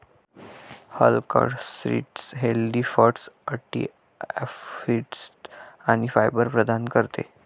flaxseed healthy fats, antioxidants आणि fibre प्रदान करते